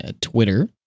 Twitter